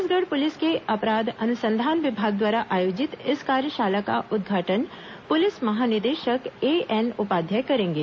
Chhattisgarh police के अपराध अनुसंधान विभाग द्वारा आयोजित इस कार्यशाला का उदघाटन पुलिस महानिदेशक एएन उपाध्याय करेंगे